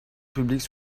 publique